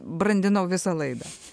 brandinau visą laidą